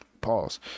pause